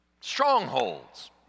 Strongholds